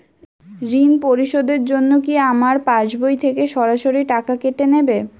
ঋণ পরিশোধের জন্য কি আমার পাশবই থেকে সরাসরি টাকা কেটে নেবে?